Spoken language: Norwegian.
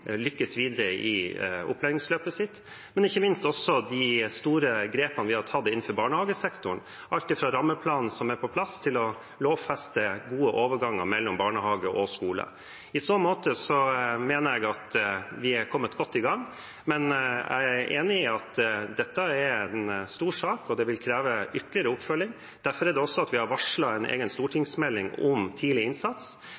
lykkes videre i opplæringsløpet sitt, og ikke minst også de store grepene vi har tatt innenfor barnehagesektoren – alt fra rammeplanen som er på plass, til å lovfeste gode overganger mellom barnehage og skole. I så måte mener jeg at vi har kommet godt i gang, men jeg er enig i at dette er en stor sak, og det vil kreve ytterligere oppfølging. Derfor har vi varslet en egen